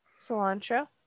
Cilantro